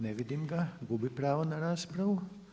Ne vidim ga, gubi pravo na raspravu.